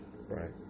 Right